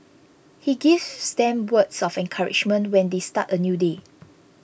he gives them words of encouragement when they start a new day